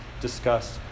discussed